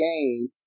game